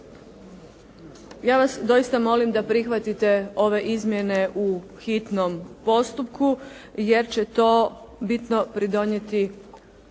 Ja vas doista molim da prihvatite ove izmjene u hitnom postupku, jer će to bitno pridonijeti